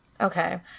Okay